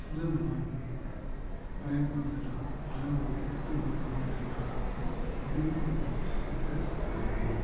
ಸುಲಭವಾಗಿ ಪ್ರಯತ್ನಿಸಲು ಹಲವು ಉತ್ತಮ ಕ್ರಮಗಳನ್ನು ತೆಗೆದುಕೊಳ್ಳಲು ನಿರ್ಧರಿಸುತ್ತೇವೆ